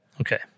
Okay